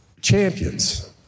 champions